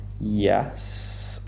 Yes